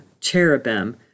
cherubim